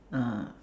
uh